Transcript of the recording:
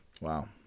Wow